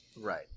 right